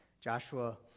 Joshua